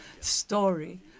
story